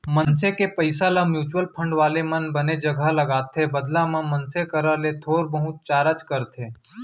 मनसे के पइसा ल म्युचुअल फंड वाले मन बने जघा लगाथे बदला म मनसे करा ले थोर बहुत चारज करथे